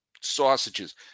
sausages